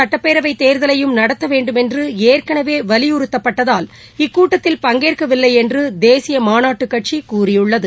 சட்டப்பேரவைத் தேர்தலையும் நடத்தவேண்டும் என்றுற்கனவேவலியறுத்தப்பட்டதால் இக்கூட்டத்தில் பங்கேற்கவில்லைஎன்றுதேசியமாநாட்டுக்கட்சிகூறியுள்ளது